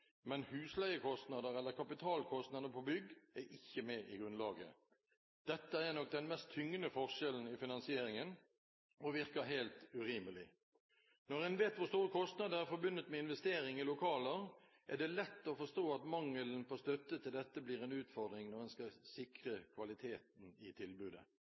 men husleiekostnader eller kapitalkostnader på bygg er ikke med i grunnlaget. Dette er nok den mest tyngende forskjellen i finansieringen, og virker helt urimelig. Når en vet hvor store kostnader det er forbundet med investering i lokaler, er det lett å forstå at mangelen på støtte til dette blir en utfordring når en skal sikre kvaliteten i tilbudet.